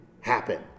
happen